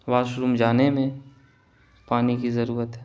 washroom جانے میں پانی کی ضرورت ہے